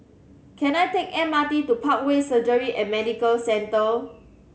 can I take M R T to Parkway Surgery and Medical Centre